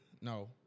No